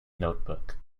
notebook